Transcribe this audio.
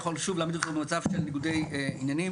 יכול שוב להעמיד אותו במצב של ניגודי עניינים,